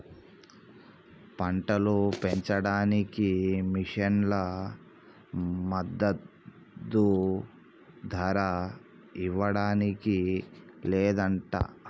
పంటలు పెంచడానికి మిషన్లు మద్దదు ధర ఇవ్వడానికి లేదంట